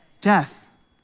death